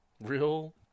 Real